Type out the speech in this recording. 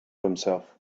himself